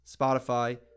Spotify